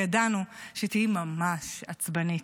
כי ידענו שתהיי ממש עצבנית.